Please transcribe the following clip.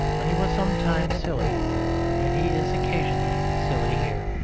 but he was sometimes silly and he is occasionally silly here.